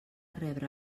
rebre